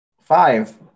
Five